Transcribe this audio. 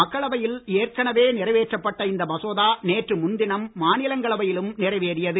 மக்களவையில் ஏற்கனவே நிறைவேற்றப்பட்ட இந்த மசோதா நேற்று முன் தினம் மாநிலங்களவையிலும் நிறைவேறியது